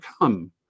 come